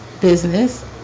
business